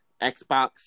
Xbox